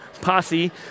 posse